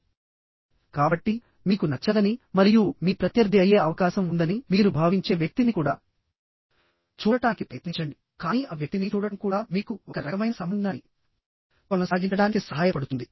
కాబట్టి మీకు నచ్చదని మరియు మీ ప్రత్యర్థి అయ్యే అవకాశం ఉందని మీరు భావించే వ్యక్తిని కూడా చూడటానికి ప్రయత్నించండి కానీ ఆ వ్యక్తిని చూడటం కూడా మీకు ఒక రకమైన సంబంధాన్ని కొనసాగించడానికి సహాయపడుతుంది